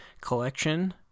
collection